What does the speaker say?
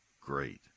great